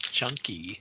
Chunky